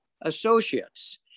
associates